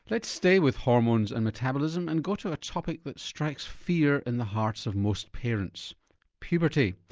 let's stay with hormones and metabolism and go to a topic that strikes fear in the hearts of most parents puberty.